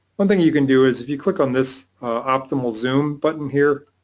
one thing you can do is you click on this optimal zoom button here,